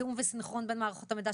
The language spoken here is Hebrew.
תיאום וסנכרון בין מערכות המידע,